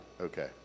Okay